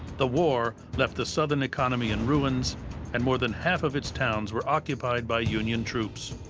the war left the southern economy in ruins and more than half of its town were occupied by union troops.